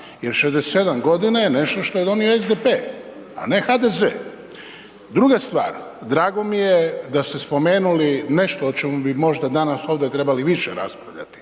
jer 67 g. je nešto što je donio SDP a ne HDZ. Druga stvar, drago mi je da ste spomenuli nešto o čemu bi možda danas ovdje trebali više raspravljati,